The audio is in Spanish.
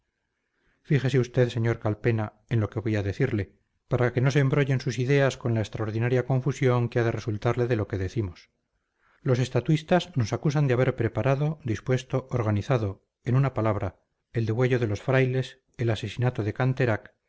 fíjese usted sr calpena en lo que voy a decirle para que no se embrollen sus ideas con la extraordinaria confusión que ha de resultarle de lo que decimos los estatuistas nos acusan de haber preparado dispuesto organizado en una palabra el degüello de los frailes el asesinato de canterac